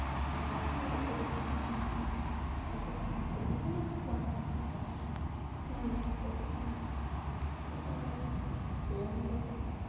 ᱯᱟᱸᱪ ᱡᱚᱱ ᱜᱟᱛᱮ ᱠᱚ ᱛᱟᱦᱮᱠᱟᱱ ᱛᱤᱧᱟᱹ ᱩᱱᱠᱩ ᱥᱟᱝ ᱛᱮᱜᱮ ᱦᱮᱸ ᱫᱟᱬᱟᱵᱟᱲᱟ ᱠᱮᱫᱟᱞᱮ ᱟᱨ ᱚᱱᱟ ᱢᱚᱱᱮ ᱛᱮ ᱦᱩᱭᱩᱜ ᱠᱟᱱᱟ ᱤᱧ ᱟᱨᱚ ᱫᱮᱱ ᱫᱩ ᱦᱟᱡᱟᱨ